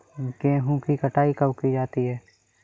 गेहूँ की कटाई कब की जाती है?